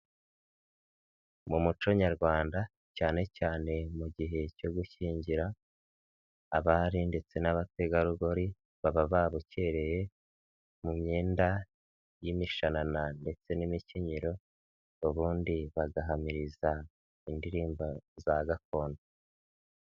Mu muco nyarwanda cyane cyane mu gihe cyo gushyingira abari ndetse n'abategarugori baba babukereye mu myenda y'imishanana ndetse n'imikenyero ubundi bagahamiriza indirimbo za gakondo.